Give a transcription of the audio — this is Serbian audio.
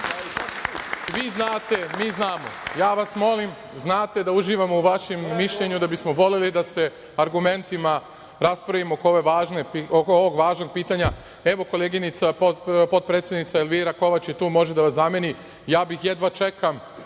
vi znate, mi znamo, ja vas molim, znate da uživamo u vašem mišljenju, da bismo voleli da se argumentima raspravimo oko ovog važnog pitanja. Evo, koleginica potpredsednica Elvira Kovač je tu i može da vas zameni. Ja jedva čekam